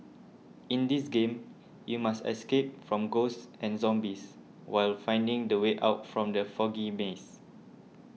in this game you must escape from ghosts and zombies while finding the way out from the foggy maze